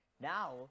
Now